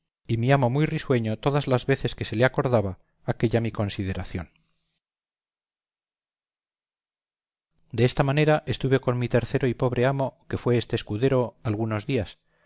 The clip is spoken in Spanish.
y mi amo muy risueño todas las veces que se le acordaba aquella mi cosideración de esta manera estuve con mi tercero y pobre amo que fue este escudero algunos días